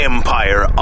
Empire